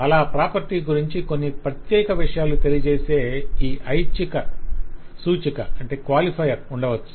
అలా ప్రాపర్టీ గురించి కొన్ని ప్రత్యేక విషయాలు తెలియజేసే ఒక ఐచ్ఛిక సూచిక ఉండవచ్చు